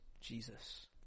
Jesus